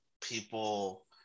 people